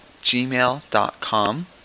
gmail.com